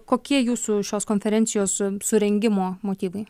kokie jūsų šios konferencijos surengimo motyvai